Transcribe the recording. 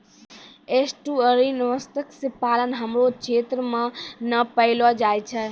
estuarine मत्स्य पालन हमरो क्षेत्र मे नै पैलो जाय छै